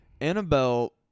Annabelle